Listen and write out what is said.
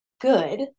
good